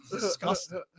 disgusting